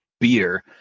beer